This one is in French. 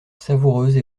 savoureuse